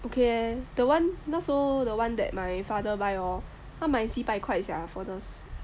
okay the one not so the one that my father buy hor 他买几百块 sia for the